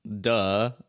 duh